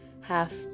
half